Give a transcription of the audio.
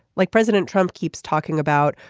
like president trump keeps talking about.